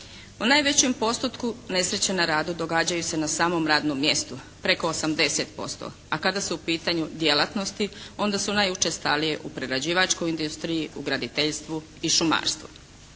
U najvećem postotku nesreće na radu događaju se na samom radnom mjestu, preko 80%. A kada su u pitanju djelatnosti onda su najučestalije u prerađivačkoj industriji, u graditeljstvu i šumarstvu.